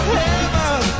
heaven